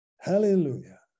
Hallelujah